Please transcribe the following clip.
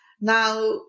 Now